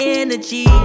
energy